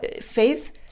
faith